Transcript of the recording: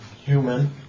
Human